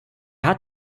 hat